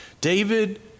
David